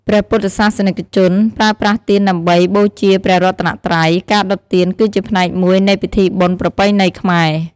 ព្រះពុទ្ធសាសនិកជនប្រើប្រាស់ទៀនដើម្បីបូជាព្រះរតនត្រ័យ ការដុតទៀនគឺជាផ្នែកមួយនៃពិធីបុណ្យប្រពៃណីខ្មែរ។